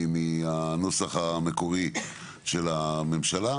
מהנוסח המקורי של הממשלה.